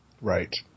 Right